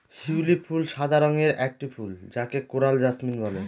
শিউলি ফুল সাদা রঙের একটি ফুল যাকে কোরাল জাসমিন বলে